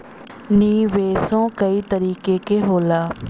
निवेशो कई तरीके क होला